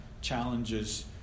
challenges